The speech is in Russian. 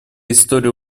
история